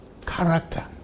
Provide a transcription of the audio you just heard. character